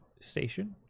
Station